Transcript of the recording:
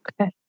Okay